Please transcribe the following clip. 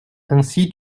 ainsi